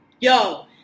Yo